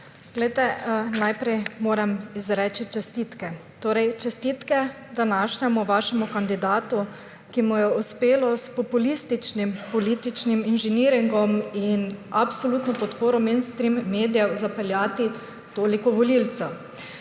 besedo. Najprej moram izreči čestitke. Čestitke vašemu današnjemu kandidatu, ki mu je uspelo s populističnim političnim inženiringom in absolutno podporo mainstream medijev zapeljati toliko volivcev.